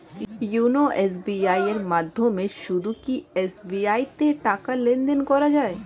YONO SBI এর মাধ্যমে শুধুই কি এস.বি.আই তে টাকা লেনদেন করা যায়?